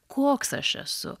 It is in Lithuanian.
koks aš esu